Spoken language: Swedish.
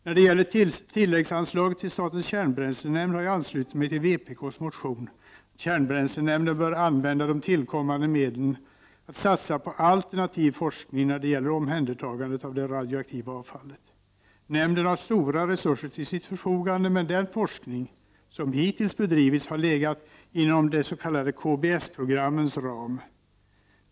När det gäller tilläggsanslaget till statens kärnbränslenämnd har jag anslutit mig till vpk:s motion som föreslår att kärnbränslenämnden skall använda de tillkommande medlen för att satsa på alternativ forskning när det gäller omhändertagandet av det radioaktiva avfallet. Nämnden har stora resurser till sitt förfogande, men den forskning som hittills bedrivits har legat inom de s.k. KBS-programmens ram.